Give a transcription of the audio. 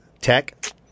Tech